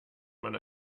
man